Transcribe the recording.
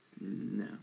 No